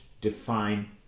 define